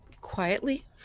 quietly